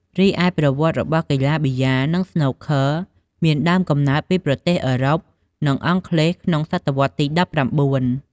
រីឯប្រវត្តិរបស់ កីឡាប៊ីយ៉ានិង ស្នូកឃ័រមានដើមកំណើតពីប្រទេសអឺរ៉ុប និងអង់គ្លេសក្នុងសតវត្សទី ១៩។